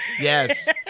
yes